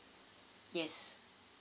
yes